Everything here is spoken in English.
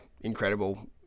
incredible